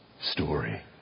story